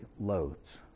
loads